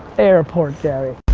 airport gary.